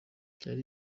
byari